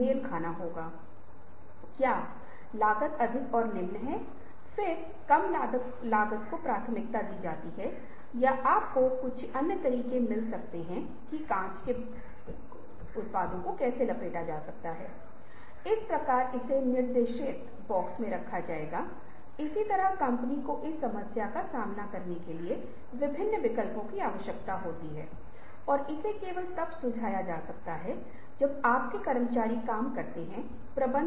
pattern सोच pattern महत्वपूर्ण हैं खोज पैटर्न महत्वपूर्ण है जो ठीक है लेकिन पैटर्न सोच एक ऐसी सोच है जो मौजूदा पैटर्न पर आधारित है और यह रचनात्मकता या रचनात्मक विचारों के लिए अयोग्य हो सकती है क्योंकि आप उन पंक्तियों के साथ आगे बढ़ने जा रहे हैं जो आपके द्वारा पहले ही बनाई गई हैं